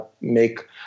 make